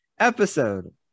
episode